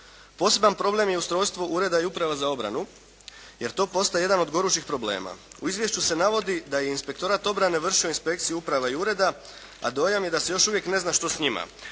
Poseban problem je ustrojstvo ureda i Uprave za obranu, jer to postoje jedan od gorućih problema. U izvješću se navodi da je Inspektorat obrane vršio inspekciju uprava i ureda, a dojam je da se još uvijek ne zna što s njima.